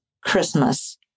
Christmas